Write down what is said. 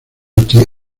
anti